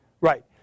Right